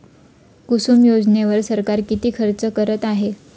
कुसुम योजनेवर सरकार किती खर्च करत आहे?